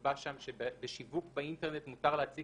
נקבע שגם שבשיווק באינטרנט מותר להציג